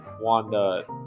wanda